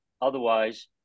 Otherwise